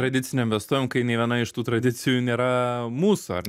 tradicinėm vėstuvėm kai nei viena iš tų tradicijų nėra mūsų ar